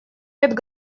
совет